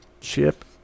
Chip